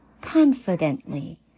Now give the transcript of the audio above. confidently